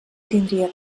tindria